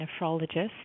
nephrologist